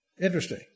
Interesting